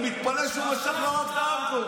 אני מתפלא שהוא משך לו רק את הרמקול.